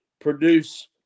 produce